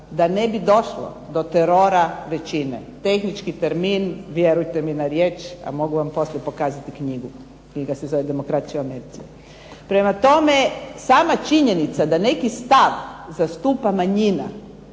ga ne bi došlo do terora većine, tehnički termin, vjerujte mi na riječ mogu vam poslije pokazati i knjigu, knjiga se zove „Demokraciju u Americi“. Prema tome sama činjenica da neki stav zastupa manjina